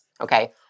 okay